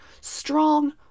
strong